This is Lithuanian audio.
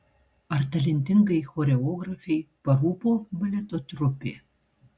ar talentingai choreografei parūpo baleto trupė